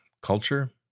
culture